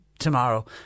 tomorrow